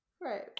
right